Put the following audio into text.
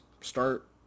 start